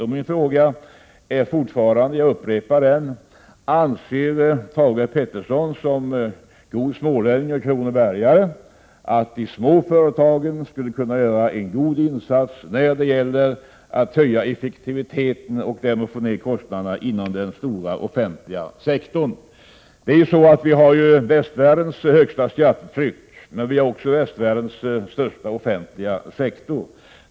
Jag upprepar min fråga: Anser Thage G Peterson såsom god smålänning och kronobergare att de små företagen kan göra en bra insats för att höja effektiviteten och få ned kostnaderna inom den stora offentliga sektorn? Vi skall inte glömma bort att Sverige har västvärldens högsta skattetryck och även dess största offentliga sektor.